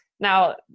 Now